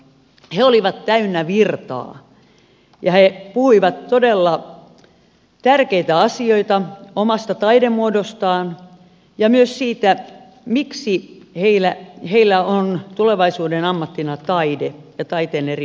he olivat täynnä virtaa ja he puhuivat todella tärkeitä asioita omasta taidemuodostaan ja myös siitä miksi heillä on tulevaisuuden ammattina taide ja taiteen eri muodot